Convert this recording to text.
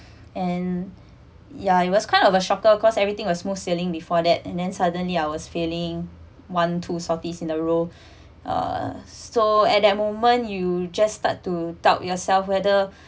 and yeah it was kind of a shocker cause everything was smooth sailing before that and then suddenly I was failing one two shorties in a row uh so at that moment you just start to doubt yourself whether